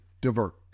divert